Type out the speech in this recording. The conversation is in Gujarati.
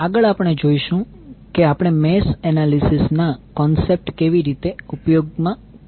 આગળ આપણે જોઈશું કે આપણે મેશ એનાલિસિસ ના કોન્સેપ્ટ કેવી રીતે ઉપયોગ કરીશું